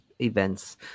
events